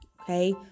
Okay